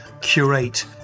curate